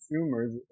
consumers